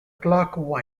clark